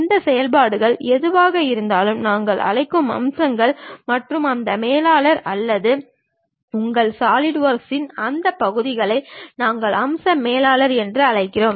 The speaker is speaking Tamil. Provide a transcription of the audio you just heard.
இந்த செயல்பாடுகள் எதுவாக இருந்தாலும் நாங்கள் அழைக்கும் அம்சங்கள் மற்றும் அந்த மேலாளர் அல்லது உங்கள் சாலிட்வொர்க்கின் அந்த பகுதியை நாங்கள் அம்ச மேலாளர் என்று அழைக்கிறோம்